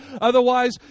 Otherwise